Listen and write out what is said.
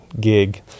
gig